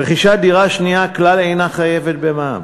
רכישת דירה מיד שנייה כלל אינה חייבת במע"מ.